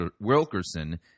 wilkerson